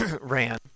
ran